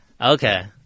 Okay